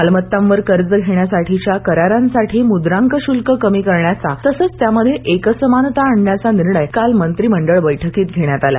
मालमत्तांवर कर्ज घेण्यासाठीच्या करारांसाठी मुद्रांक शुल्क कमी करण्याचा तसंच त्यामध्ये एकसमानता आणण्याचा निर्णय काल मंत्रिमंडळ बैठकीत घेण्यात आला